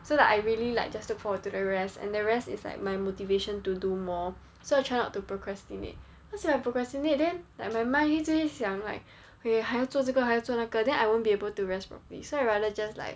so like I really like just look forward to the rest and the rest is like my motivation to do more so I try not to procrastinate cause if I procrastinate then like my mind 一直就会想 like 喂还要做这个还要做那个 then I won't be able to rest properly so I rather just like